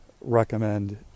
recommend